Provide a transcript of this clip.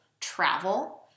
travel